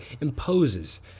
imposes